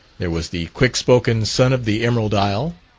there was the quick-spoken son of the emerald isle,